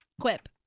Quip